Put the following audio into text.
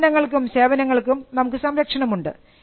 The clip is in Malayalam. ഉല്പന്നങ്ങൾക്കും സേവനങ്ങൾക്കും നമുക്ക് സംരക്ഷണമുണ്ട്